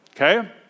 okay